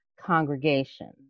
congregation